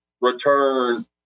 return